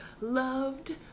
loved